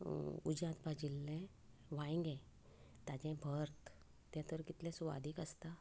उज्यांत भाजिल्लें वायंगें ताचें भर्त तें तर कितले सुवादीक आसता